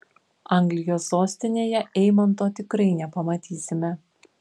anglijos sostinėje eimanto tikrai nepamatysime